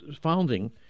founding